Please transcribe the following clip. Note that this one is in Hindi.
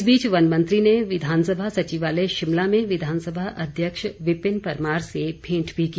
इस बीच वन मंत्री ने विधानसभा सचिवालय शिमला में विधानसभा अध्यक्ष विपिन परमार से मेंट भी की